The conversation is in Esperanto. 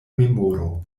memoro